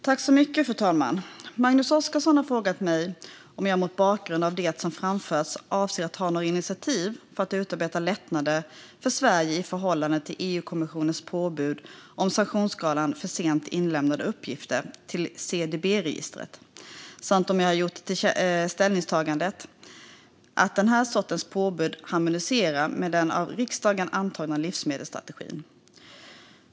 Fru talman! Magnus Oscarsson har frågat mig om jag mot bakgrund av det som framförts avser att ta några initiativ för att utarbeta lättnader för Sverige i förhållande till EU-kommissionens påbud om sanktionsskalan för sent inlämnade uppgifter till CDB-registret samt om jag har gjort ställningstagandet att den sortens påbud harmonierar med den av riksdagen antagna livsmedelsstrategin.